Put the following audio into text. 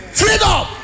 freedom